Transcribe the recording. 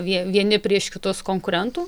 vie vieni prieš kitus konkurentų